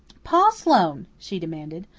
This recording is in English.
pa sloane, she demanded,